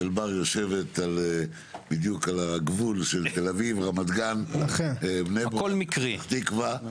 אז אלבר יושבת בדיוק על הגבול של תל אביב-רמת גן-בני ברק-פתח תקווה.